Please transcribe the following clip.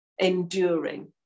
enduring